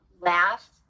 laugh